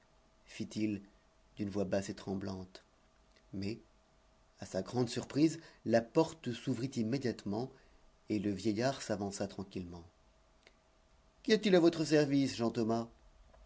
fit-il d'une voix basse et tremblante mais à sa grande surprise la porte s'ouvrit immédiatement et le vieillard s'avança tranquillement qu'y a-t-il à votre service jean thomas